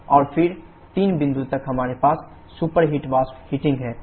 और फिर 3 बिंदु तक हमारे पास सुपरहीट वाष्प हीटिंग है